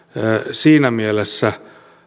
siinä mielessä